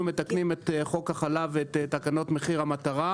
אנחנו מתקנים את חוק החלב ואת תקנות מחיר המטרה,